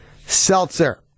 Seltzer